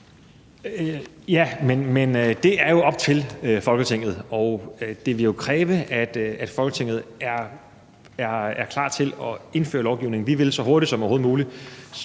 Jamen det er jo op til Folketinget, og det vil kræve, at Folketinget er klar til at indføre lovgivningen. Vi vil så hurtigt som overhovedet muligt